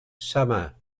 summer